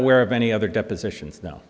aware of any other depositions no